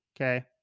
Okay